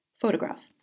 Photograph